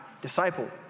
disciple